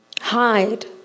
hide